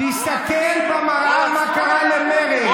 --- תסתכל במראה מה קרה למרצ.